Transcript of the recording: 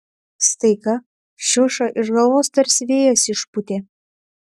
staiga šiušą iš galvos tarsi vėjas išpūtė